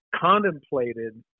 contemplated